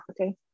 okay